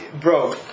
bro